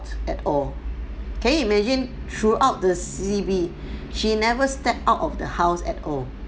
at all can you imagine throughout the C_B she never stepped out of the house at all